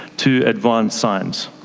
to advance science.